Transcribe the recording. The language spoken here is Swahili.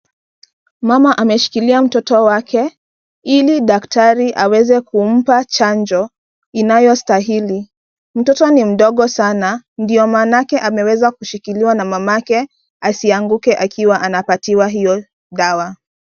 Mamaamemshkilia mtoto wake ili daktari aweze kumpa chanjo inayostahili. Mtoto ni mdogo sana ndio manake ameweza kushikiliwa na mamake asianguke akiwa anapatiwa hio dawa.